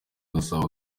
gasabo